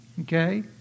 Okay